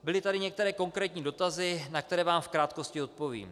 Byly tady některé konkrétní dotazy, na které vám v krátkosti odpovím.